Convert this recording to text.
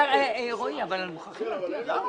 רועי, אבל מוכרחים --- למה מוכרחים?